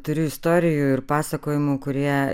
turiu istorijų ir pasakojimų kurie